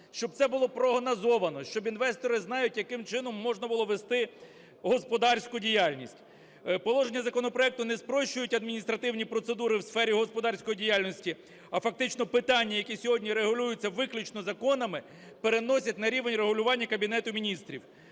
щоб це було прогнозовано, щоб інвестори знали, яким чином можна було вести господарську діяльність. Положення законопроекту не спрощують адміністративні процедури в сфері господарської діяльності, а фактично питання, які сьогодні регулюються виключно законами, переносять на рівень регулювання Кабінету Міністрів.